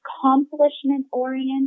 accomplishment-oriented